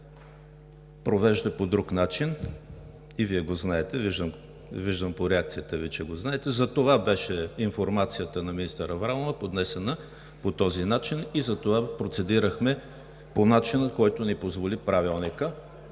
провежда по друг начин и Вие го знаете. Виждам по реакцията Ви, че го знаете. Затова и информацията на министър Аврамова беше поднесена по този начин, затова и процедирахме по начина, по който ни позволява Правилникът.